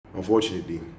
Unfortunately